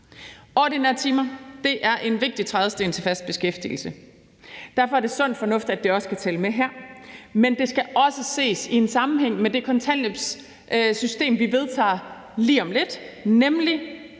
Ordinære timer er en vigtig trædesten til fast beskæftigelse. Derfor er det sund fornuft, at det også kan tælle med her. Kl. 16:07 Men det skal også ses i en sammenhæng med det kontanthjælpssystem, vi vedtager lige om lidt, nemlig